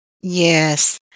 Yes